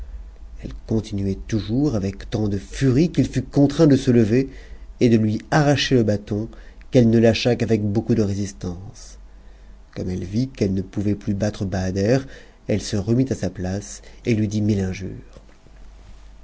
elle cont'nuait toujours avec tant de furie qu'il fut contraint de se lever et de lui arracher le bâton qu'elle ne lâcha qu'après beaucoup de résistance comme elle vit qu'elle ne pouvait plus battre bahader elle se remit place et lui dit mille injures